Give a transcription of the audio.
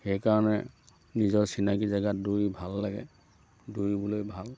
সেইকাৰণে নিজৰ চিনাকি জেগাত দৌৰি ভাল লাগে দৌৰিবলৈ ভাল